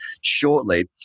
shortly